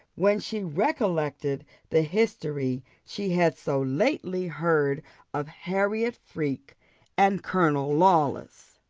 when she recollected the history she had so lately heard of harriot freke and colonel lawless.